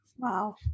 Wow